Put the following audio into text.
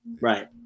right